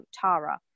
Tara